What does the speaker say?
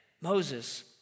Moses